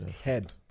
Head